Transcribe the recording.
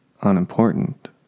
unimportant